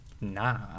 nah